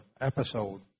episode